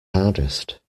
hardest